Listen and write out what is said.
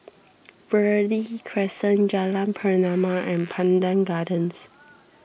Verde Crescent Jalan Pernama and Pandan Gardens